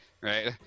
right